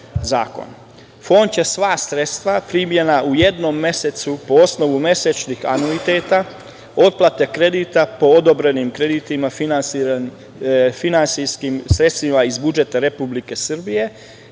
Fond će sva sredstva primljena u jednom mesecu, po osnovu mesečnih anuiteta otplate kredita po odobrenim kreditima, finansijskim sredstvima iz budžeta Republike Srbije